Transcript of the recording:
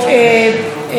מוסי, זה בשבילך.